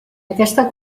aquesta